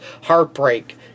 heartbreak